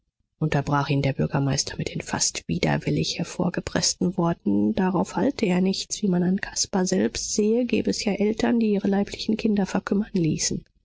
unterbrach ihn der bürgermeister mit den fast widerwillig hervorgepreßten worten darauf halte er nichts wie man an caspar selbst sehe gebe es ja eltern die ihre leiblichen kinder verkümmern ließen